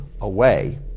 away